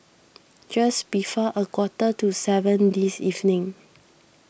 just before a quarter to seven this evening